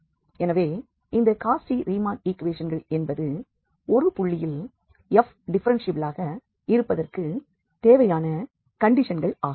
எனவே இந்த Cauchy Riemann ஈக்குவேஷன்கள் என்பது ஒரு புள்ளியில் f டிஃப்பரென்ஷியலாக இருப்பதற்கு தேவையான கண்டிஷன்கள் ஆகும்